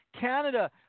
Canada